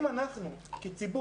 אם אנחנו כציבור,